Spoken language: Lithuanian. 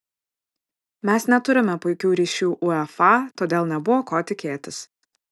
mes neturime puikių ryšių uefa todėl nebuvo ko tikėtis